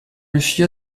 riuscì